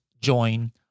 join